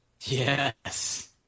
Yes